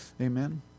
Amen